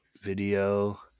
video